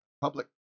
public